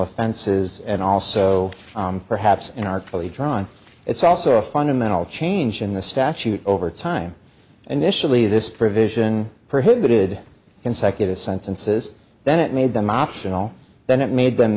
offenses and also perhaps an artfully drawn it's also a fundamental change in the statute over time and initially this provision prohibited consecutive sentences then it made them optional then it made them